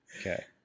Okay